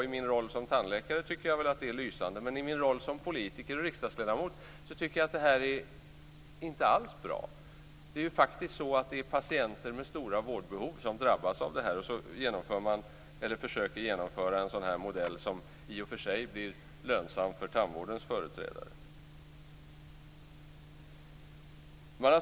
I min roll som tandläkare tycker jag att det är lysande, men i min roll som politiker och riksdagsledamot tycker jag inte alls att det är bra. Det är faktiskt patienter med stora vårdbehov som drabbas. Man försöker genomföra en modell som blir lönsam för tandvårdens företrädare.